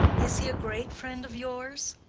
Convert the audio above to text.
is he a great friend of yours?